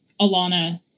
Alana